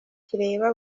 kireba